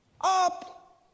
up